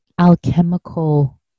alchemical